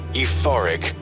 euphoric